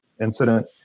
Incident